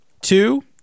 two